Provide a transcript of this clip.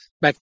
back